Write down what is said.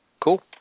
Cool